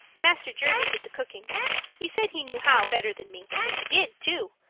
master jervie did the cooking he said he knew how better than me and he did, too,